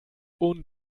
und